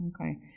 Okay